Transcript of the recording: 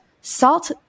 Salt